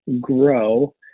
grow